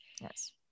yes